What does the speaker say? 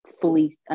fully